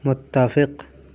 متفق